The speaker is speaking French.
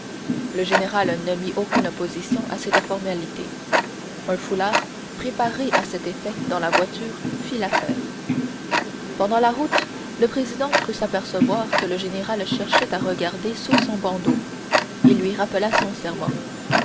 le général ne mit aucune opposition à cette formalité un foulard préparé à cet effet dans la voiture fit l'affaire pendant la route le président crut s'apercevoir que le général cherchait à regarder sous son bandeau il lui rappela son serment